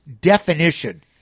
definition